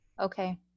Okay